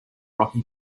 rocky